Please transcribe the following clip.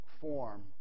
form